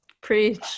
preach